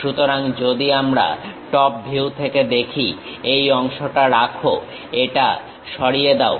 সুতরাং যদি আমরা টপ ভিউ থেকে দেখি এই অংশটা রাখো এটা সরিয়ে দাও